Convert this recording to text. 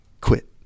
quit